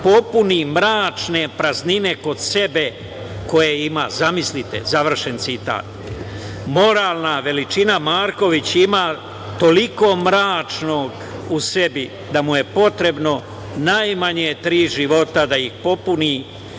„popuni mračne praznine kod sebe koje ima“, završen citat. Moralna veličina Marković ima toliko mračnog u sebi da mu je potrebno najmanje tri života da ih popuni